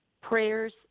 prayers